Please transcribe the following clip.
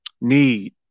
need